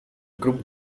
group